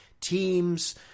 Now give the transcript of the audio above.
teams